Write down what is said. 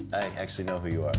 actually know who you are.